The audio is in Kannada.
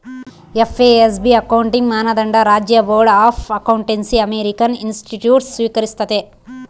ಎಫ್.ಎ.ಎಸ್.ಬಿ ಅಕೌಂಟಿಂಗ್ ಮಾನದಂಡ ರಾಜ್ಯ ಬೋರ್ಡ್ ಆಫ್ ಅಕೌಂಟೆನ್ಸಿಅಮೇರಿಕನ್ ಇನ್ಸ್ಟಿಟ್ಯೂಟ್ಸ್ ಸ್ವೀಕರಿಸ್ತತೆ